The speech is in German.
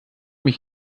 mich